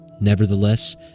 Nevertheless